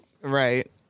Right